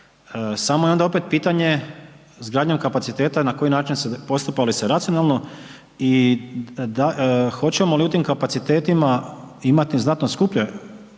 samo je onda opet pitanje izgradnjom kapaciteta na koji način, postupa li se racionalno i hoćemo li u tim kapacitetima imati znatno skuplje